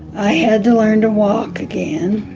i had to learn to walk again,